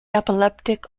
epileptic